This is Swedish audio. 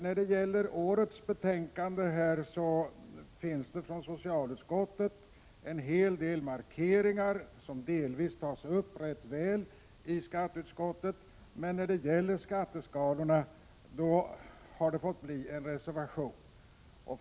När det gäller årets betänkande finns det från socialutskottet en hel del markeringar som delvis tas upp rätt väl i skatteutskottet, men när det gäller skatteskalorna har det blivit en reservation.